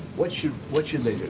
what should, what should they do?